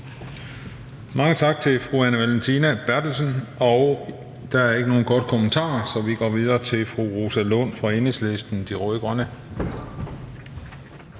Mange tak til fru Anne Valentina Berthelsen. Der er ikke nogen korte bemærkninger, så vi går videre til fru Rosa Lund fra Enhedslisten, de rød-grønne.